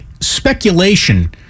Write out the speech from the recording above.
Speculation